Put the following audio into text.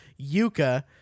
Yuka